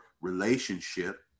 relationship